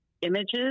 images